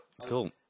Cool